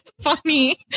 funny